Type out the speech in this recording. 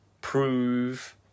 prove